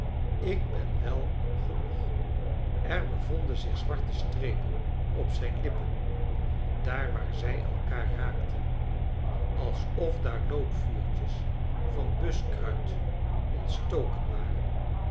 ik ben wei genoeg er bevonden zich zwarte strepen op zijn lippen daar waar zij elkaar raakten alsof daar loopvuurtjes van buskruit onts token waren